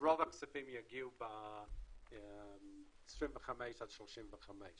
שרוב הכספים יגיעו ב-25' עד 35',